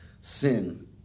sin